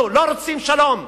אנחנו לא רוצים שלום.